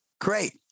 Great